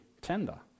tender